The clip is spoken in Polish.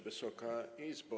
Wysoka Izbo!